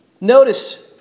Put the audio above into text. Notice